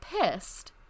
pissed